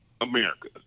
America